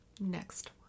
next